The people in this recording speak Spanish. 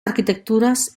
arquitecturas